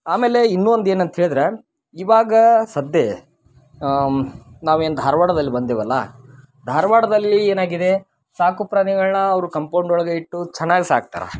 ಆಮೇಲೆ ಇನ್ನೂ ಒಂದು ಏನಂತ ಹೇಳಿದ್ರೆ ಈವಾಗ ಸದ್ಯ ನಾವೇನು ಧಾರ್ವಾಡದಲ್ಲಿ ಬಂದೆವಲ್ಲ ಧಾರ್ವಾಡದಲ್ಲಿ ಏನಾಗಿದೆ ಸಾಕುಪ್ರಾಣಿಗಳನ್ನ ಅವರು ಕಂಪೊಂಡ್ ಒಳಗೆ ಇಟ್ಟು ಚೆನ್ನಾಗಿ ಸಾಕ್ತಾರೆ